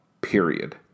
Period